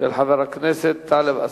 של חבר הכנסת טלב אלסאנע.